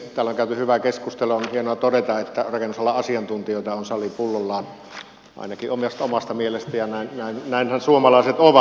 täällä on käyty hyvää keskustelua ja on hienoa todeta että rakennusalan asiantuntijoita on sali pullollaan ainakin omasta mielestä ja näinhän suomalaiset ovat